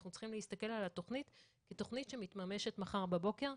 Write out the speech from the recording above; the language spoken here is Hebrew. אנחנו צריכים להסתכל על התכנית כתכנית שמתממשת מחר בבוקר,